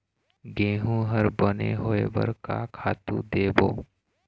गेहूं हर बने होय बर का खातू देबो?